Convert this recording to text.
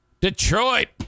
Detroit